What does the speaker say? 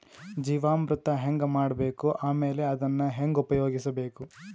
ಜೀವಾಮೃತ ಹೆಂಗ ಮಾಡಬೇಕು ಆಮೇಲೆ ಅದನ್ನ ಹೆಂಗ ಉಪಯೋಗಿಸಬೇಕು?